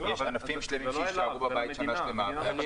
יש ענפים שלמים שנשארו לעבוד מהבית שנה שלמה.